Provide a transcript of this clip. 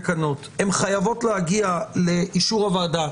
הן חייבות להגיע לאישור הוועדה,